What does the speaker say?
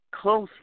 closely